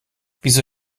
wieso